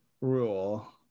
rule